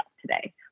today